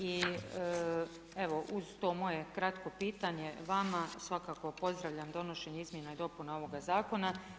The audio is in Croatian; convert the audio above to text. I evo uz to moje kratko pitanje vama, svakako pozdravljam donošenje izmjena i dopuna ovoga zakona.